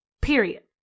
period